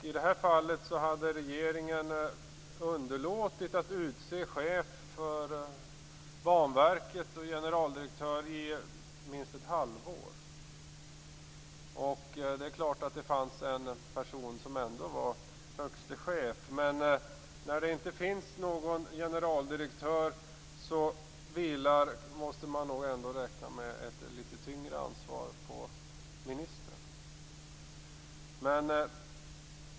I det här fallet hade regeringen underlåtit att utse chef och generaldirektör för Banverket i minst ett halvår. Det fanns förstås en person som ändå var högste chef, men när det inte finns någon generaldirektör måste man nog ändå räkna med att ett litet tyngre ansvar vilar på ministern.